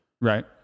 Right